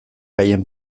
haien